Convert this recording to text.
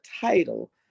title